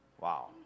Wow